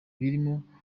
birimo